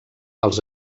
els